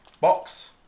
box